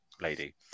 lady